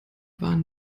waren